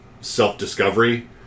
self-discovery